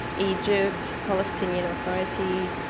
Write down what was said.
egypt, palestinian authority.